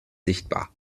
sichtbar